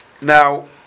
Now